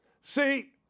See